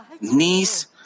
knees